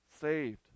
saved